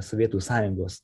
sovietų sąjungos